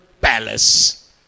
palace